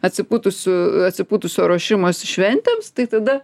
atsipūtusių atsipūtusio ruošimosi šventėms tai tada